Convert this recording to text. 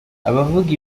abavuga